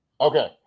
Okay